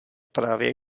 právě